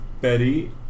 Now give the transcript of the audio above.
Betty